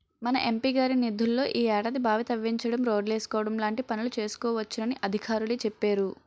మన ఎం.పి గారి నిధుల్లో ఈ ఏడాది బావి తవ్వించడం, రోడ్లేసుకోవడం లాంటి పనులు చేసుకోవచ్చునని అధికారులే చెప్పేరు